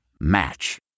Match